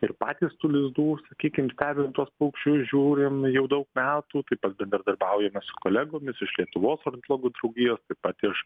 ir patys tų lizdų sakykim stebim tuos paukščius žiūrim jau daug metų tai pabendradarbiaujame su kolegomis iš lietuvos ornitologų draugijos taip pat iš